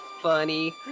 funny